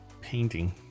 painting